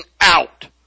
out